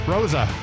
Rosa